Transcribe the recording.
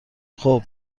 خوب